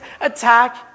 attack